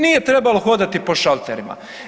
Nije trebalo hodati po šalterima.